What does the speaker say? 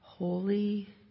Holy